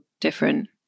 different